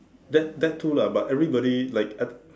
that that too lah but everybody like I d~